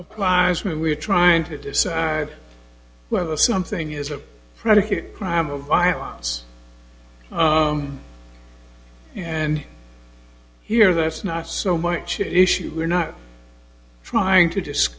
applies when we're trying to decide whether something is a predicate crime of violence and here that's not so much an issue we're not trying to disc